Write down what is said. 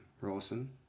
Rawson